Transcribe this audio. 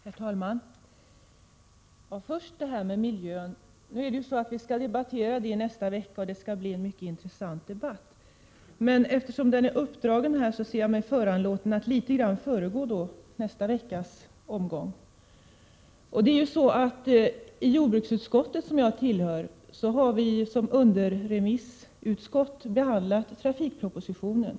Herr talman! Först till frågan om miljön. Detta ärende skall debatteras nästa vecka, och det blir säkert en mycket intressant debatt. Men eftersom frågan har tagits upp här ser jag mig föranlåten att något föregripa nästa veckas omgång. Jordbruksutskottet, som jag tillhör, har som underremissutskott behandlat trafikpropositionen.